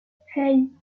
hey